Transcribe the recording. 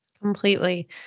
Completely